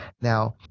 Now